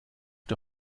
der